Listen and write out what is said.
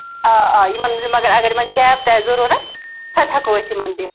آ آ یِمَن یَمَن اگر یِمَن کیٚب تہِ آسہِ ضروٗرَت سۄ تہِ ہیٚکو أسۍ یِمَن دِتھ